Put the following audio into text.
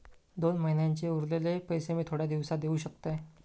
दोन महिन्यांचे उरलेले पैशे मी थोड्या दिवसा देव शकतय?